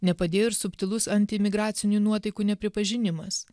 nepadėjo ir subtilus antiimigracinių nuotaikų nepripažinimas